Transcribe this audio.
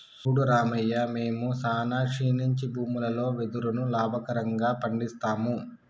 సూడు రామయ్య మేము సానా క్షీణించి భూములలో వెదురును లాభకరంగా పండిస్తాము